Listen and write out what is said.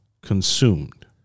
consumed